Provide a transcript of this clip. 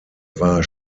war